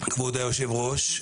כבוד היושב-ראש,